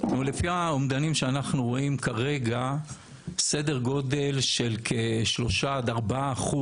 לפי האומדנים שאנחנו רואים כרגע סדר גודל של כ-3% עד 4%